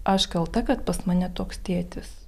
aš kalta kad pas mane toks tėtis